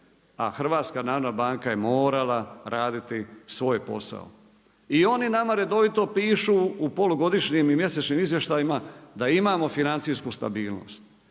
ičega, a HNB je morala raditi svoj posao. I oni nama redovito pišu u polugodišnjim i mjesečnim izvještajima da imamo financijsku stabilnost.